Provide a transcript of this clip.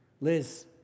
Liz